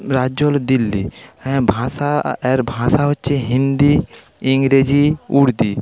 রাজ্য হল দিল্লি হ্যাঁ ভাষা এর ভাষা হচ্ছে হিন্দি ইংরেজি উর্দু